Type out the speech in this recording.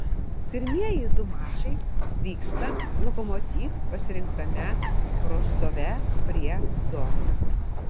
pirmieji du mačai vyksta lokomotiv pasirinktame rostove prie dono